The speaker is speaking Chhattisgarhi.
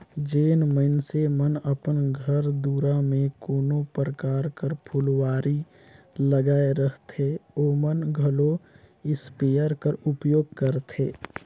जेन मइनसे मन अपन घर दुरा में कोनो परकार कर फुलवारी लगाए रहथें ओमन घलो इस्पेयर कर परयोग करथे